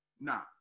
Now